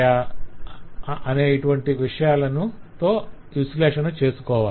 - అనే విశ్లేషణ చేసుకోవాలి